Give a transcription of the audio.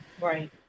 Right